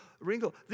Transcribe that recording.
wrinkle